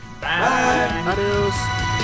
Bye